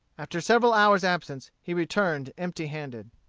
after several hours' absence, he returned empty-handed.